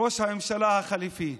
ראש הממשלה החליפי,